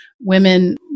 women